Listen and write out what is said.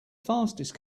fastest